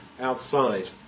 outside